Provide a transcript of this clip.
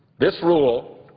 this rule,